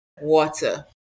Water